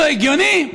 לא הגיונית,